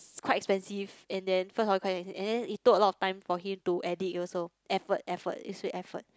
quite expensive and then and then it took a lot of time for him to edit also effort effort is really effort